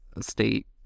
state